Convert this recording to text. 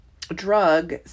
drug